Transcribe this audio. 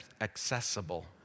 accessible